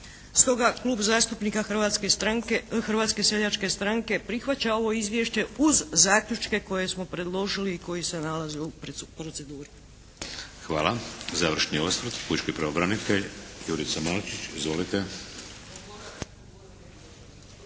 Hrvatske stranke, Hrvatske seljačke stranke prihvaća ovo izvješće uz zaključke koje smo predložili i koji se nalaze u proceduri. **Šeks, Vladimir (HDZ)** Hvala. Završni osvrt pučki pravobranitelj Jurica Malčić. Izvolite.